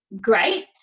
great